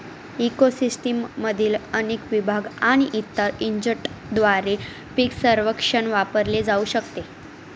eco सिस्टीममधील अनेक विभाग आणि इतर एजंटद्वारे पीक सर्वेक्षण वापरले जाऊ शकते